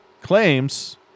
claims